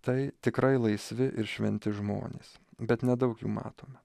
tai tikrai laisvi ir šventi žmonės bet nedaug jų matome